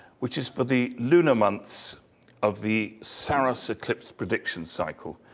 which is for the lunar months of the saros eclipse prediction cycle.